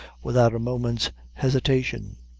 without a moment's hesitation.